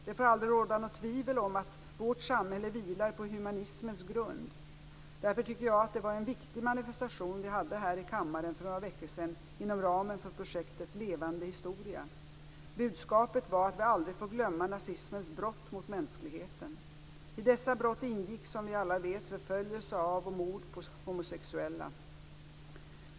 Det får aldrig råda något tvivel om att vårt samhälle vilar på humanismens grund. Därför tycker jag att det var en viktig manifestation vi hade här i kammaren för några veckor sedan inom ramen för projektet Levande historia. Budskapet var att vi aldrig får glömma nazismens brott mot mänskligheten. I dessa brott ingick, som vi alla vet, förföljelse av och mord på homosexuella.